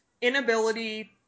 inability